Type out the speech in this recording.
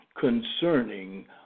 concerning